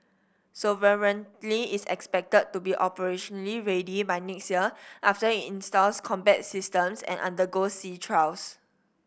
sovereignty is expected to be operationally ready by next year after it installs combat systems and undergoes sea trials